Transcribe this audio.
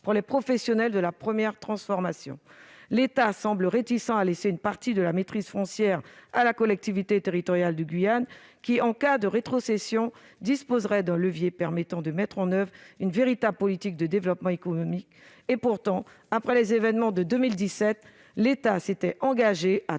pour les professionnels de la première transformation. L'État semble réticent à laisser une partie de la maîtrise foncière à la collectivité territoriale de Guyane, qui, en cas de rétrocession, disposerait d'un levier permettant de mettre en oeuvre une véritable politique de développement économique. Pourtant, après les événements de 2017, l'État s'était engagé à